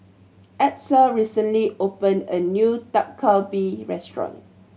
Edsel recently opened a new Dak Galbi Restaurant